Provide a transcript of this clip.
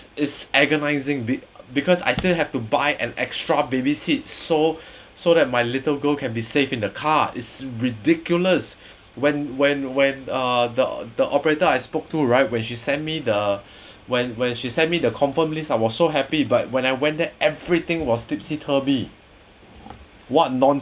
it's agonising be because I still have to buy an extra baby seat so so that my little girl can be safe in the car is ridiculous when when when uh the operator I spoke to right when she sent me the when when she sent me the confirmed list I was so happy but when I went there everything was tipsy turvy what nonsense